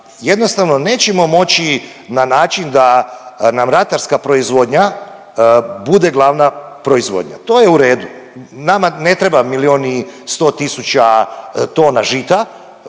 jednostavno nećemo moći na način da nam ratarska proizvodnja bude glavna proizvodnja. To je u redu. Nama ne treba miljon i sto tisuća tona žita,